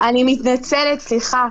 בשטח.